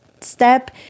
step